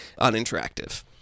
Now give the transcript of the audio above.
uninteractive